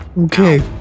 Okay